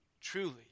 truly